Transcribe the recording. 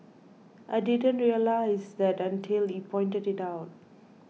I didn't realised that until he pointed it out